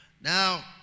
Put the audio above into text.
Now